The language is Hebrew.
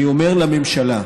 אני אומר לממשלה: